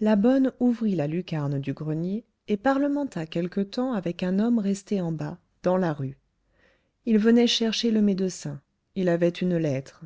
la bonne ouvrit la lucarne du grenier et parlementa quelque temps avec un homme resté en bas dans la rue il venait chercher le médecin il avait une lettre